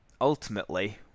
ultimately